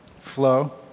flow